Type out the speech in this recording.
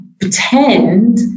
pretend